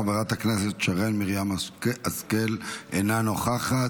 חברת הכנסת שרן מרים השכל, אינה נוכחת.